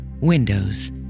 windows